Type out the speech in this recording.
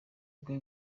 bwe